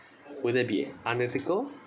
will that be unethical